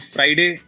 Friday